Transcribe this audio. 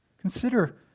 Consider